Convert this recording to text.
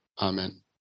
Amen